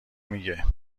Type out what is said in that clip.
میگه